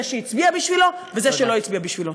זה שהצביע בשבילו וזה שלא הצביע בשבילו.